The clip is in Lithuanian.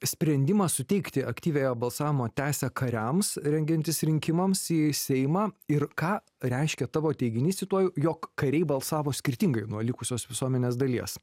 sprendimą suteikti aktyviąją balsavimo teisę kariams rengiantis rinkimams į seimą ir ką reiškia tavo teiginys cituoju jog kariai balsavo skirtingai nuo likusios visuomenės dalies